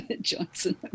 Johnson